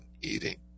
eating